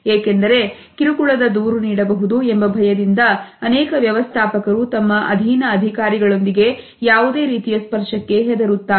ಏಕೆಂದರೆ ಕಿರುಕುಳದ ದೂರು ನೀಡಬಹುದು ಎಂಬ ಭಯದಿಂದ ಅನೇಕ ವ್ಯವಸ್ಥಾಪಕರು ತಮ್ಮ ಅಧೀನ ಅಧಿಕಾರಿಗಳೊಂದಿಗೆ ಯಾವುದೇ ರೀತಿಯ ಸ್ಪರ್ಶಕ್ಕೆ ಹೆದರುತ್ತಾರೆ